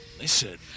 listen